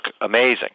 amazing